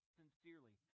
sincerely